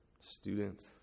student